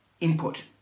Input